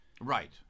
Right